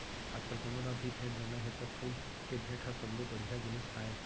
आजकाल कोनों ल भी भेंट देना हे त फूल के भेंट ह सबले बड़िहा जिनिस आय